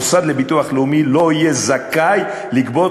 המוסד לביטוח לאומי לא יהיה זכאי לגבות